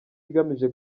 igamije